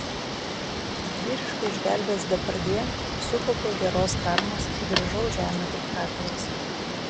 didvyriškai išgelbėjęs depardjė sukaupiau geros karmos ir grįžau į žemę kaip katinas